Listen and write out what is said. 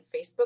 Facebook